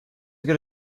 good